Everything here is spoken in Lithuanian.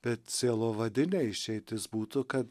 bet sielovadinė išeitis būtų kad